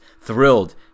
thrilled